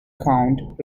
count